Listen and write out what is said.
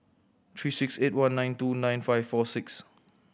three six eight one nine two nine five four six